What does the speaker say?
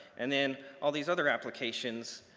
and then all these other applications